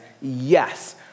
yes